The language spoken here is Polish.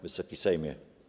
Wysoki Sejmie!